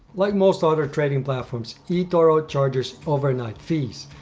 like most other trading platforms, etoro charges overnight fees.